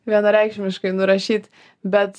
vienareikšmiškai nurašyt bet